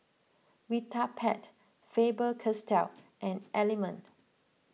Vitapet Faber Castell and Element